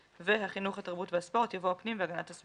התש"ף 2020 החלפת ועדת הכנסת המוסמכת לעניין החוק